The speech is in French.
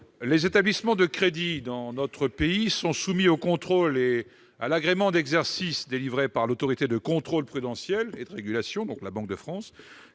Les établissements de crédit, dans notre pays, sont soumis au contrôle et à l'agrément d'exercice délivré par l'Autorité de contrôle prudentiel et de résolution, qui constituent une